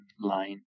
line